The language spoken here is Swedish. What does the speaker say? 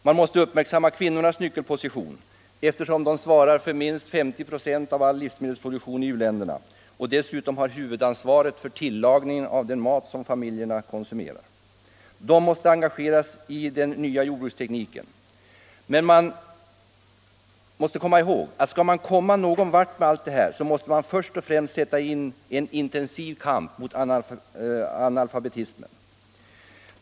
Man måste uppmärksamma kvinnornas nyckelposition, eftersom de svarar för minst 50 procent av livsmedelsproduktionen i u-länderna och dessutom har huvudansvaret för tillagningen av den mat som familjerna konsumerar. De måste engageras i den nya jordbrukstekniken. Men skall man komma någon vart med allt det här, så måste man först av allt sätta in en intensiv kamp mot analfabetismen.